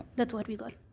that's what we got.